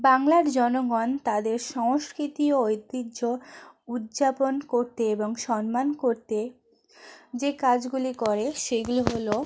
বাংলার জনগণ তাদের সংস্কৃতি ও ঐতিহ্য উদযাপন করতে এবং সম্মান করতে যে কাজগুলি করে সেইগুলো হলো